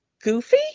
goofy